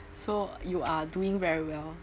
so you are doing very well